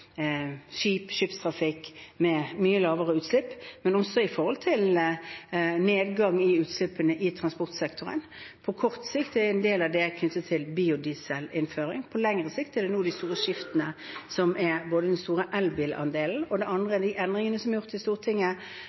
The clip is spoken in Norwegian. skipstrafikk, med mye lavere utslipp, men det er også nedgang i utslippene i transportsektoren. På kort sikt er en del av det knyttet til innføring av biodiesel. På lengre sikt er det nå de store skiftene – både den store elbilandelen og de endringene som er gjort i Stortinget